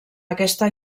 aquesta